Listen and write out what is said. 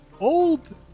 old